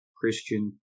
Christian